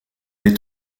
est